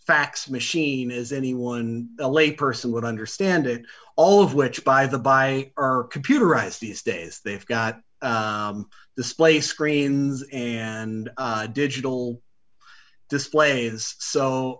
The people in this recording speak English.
fax machine is anyone a layperson would understand it all of which by the by are computerized these days they've got display screens and digital display